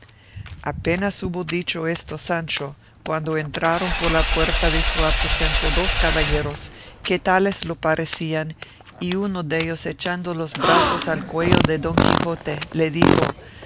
apenas hubo dicho esto sancho cuando entraron por la puerta de su aposento dos caballeros que tales lo parecían y uno dellos echando los brazos al cuello de don quijote le dijo